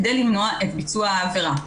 כדי למנוע את ביצוע העבירה.